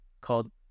called